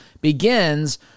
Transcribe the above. begins